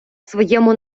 своєму